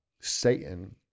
Satan